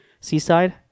seaside